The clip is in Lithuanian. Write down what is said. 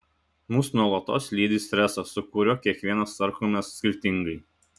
mus nuolatos lydi stresas su kuriuo kiekvienas tvarkomės skirtingai